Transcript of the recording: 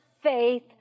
faith